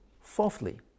Fourthly